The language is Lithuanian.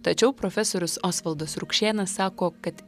tačiau profesorius osvaldas rukšėnas sako kad